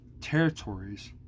territories